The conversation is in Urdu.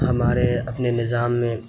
ہمارے اپنے نظام میں